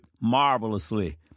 marvelously